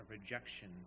rejection